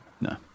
No